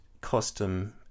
custom